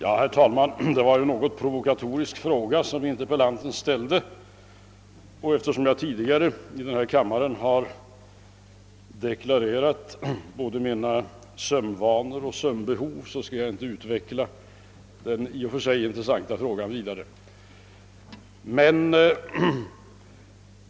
Herr talman! Det var en något provokatorisk fråga interpellanten här ställde, och eftersom jag tidigare i denna kammare har deklarerat både mina sömnvanor och mina sömnbehov skall jag nu inte utveckla den i och för sig intressanta frågan vidare.